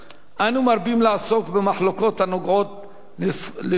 אנו מרבים לעסוק במחלוקות הנוגעות לזכות,